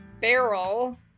barrel